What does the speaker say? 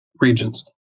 regions